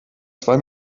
zwei